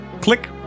click